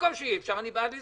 במקום שאי אפשר אני בעד לסגור.